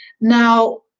Now